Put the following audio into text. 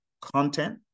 content